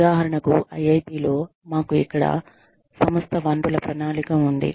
ఉదాహరణకు ఐఐటిలో మాకు ఇక్కడ సంస్థ వనరుల ప్రణాళిక ఉంది